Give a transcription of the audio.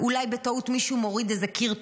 אולי בטעות מישהו מוריד איזה קיר תומך,